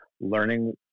learning